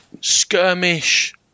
skirmish